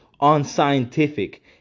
unscientific